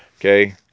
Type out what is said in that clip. okay